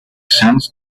sense